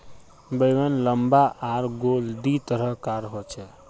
बैंगन लम्बा आर गोल दी तरह कार होचे